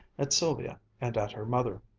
at sylvia and at her mother.